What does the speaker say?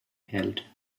held